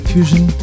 Fusion